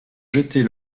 jeter